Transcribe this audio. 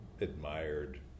admired